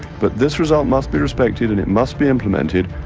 but this result must be respected and it must be implemented.